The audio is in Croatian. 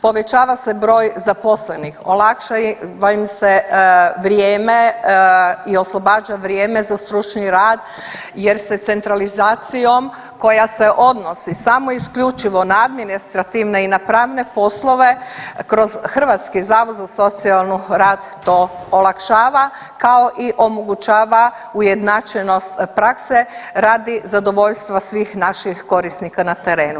Povećava se broj zaposlenih, olakšava im se vrijeme i oslobađa vrijeme za stručni rad jer se centralizacijom koja se odnosi samo isključivo na administrativne i na pravne poslove kroz hrvatski zavod za socijalnu rad to olakšava kao i omogućava ujednačenost prakse radi zadovoljstva svih naših korisnika na terenu.